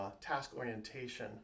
Task-orientation